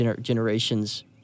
generations